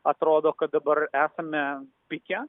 atrodo kad dabar esame pike